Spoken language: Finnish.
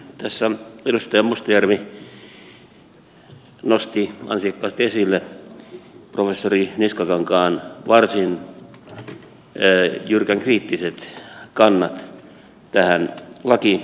tässä edustaja mustajärvi nosti ansiokkaasti esille professori niskakankaan varsin jyrkän kriittiset kannat tähän lakiesitykseen